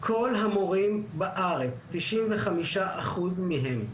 כל המורים בארץ, 95 אחוז מהם,